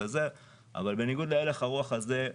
אבל בניגוד להלך הרוח הזה,